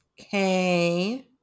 Okay